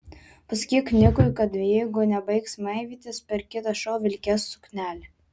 pasakyk nikui kad jeigu nebaigs maivytis per kitą šou vilkės suknelę